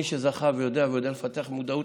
מי שזכה ויודע לפתח מודעות